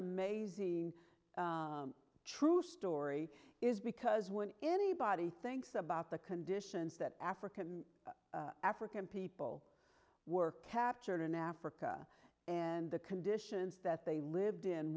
amazing true story is because when anybody thinks about the conditions that african african people were captured in africa and the conditions that they lived in